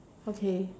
okay